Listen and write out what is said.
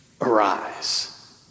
arise